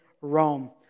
Rome